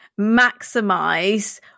maximize